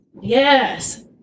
Yes